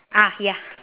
ah ya